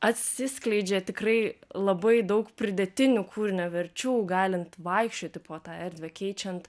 atsiskleidžia tikrai labai daug pridėtinių kūrinio verčių galint vaikščioti po tą erdvę keičiant